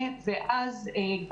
שנוצרה.